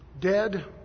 Dead